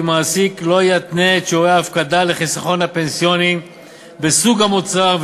כי מעסיק לא יתנה את שיעורי ההפקדה בחיסכון הפנסיוני בסוג המוצר,